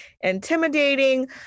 intimidating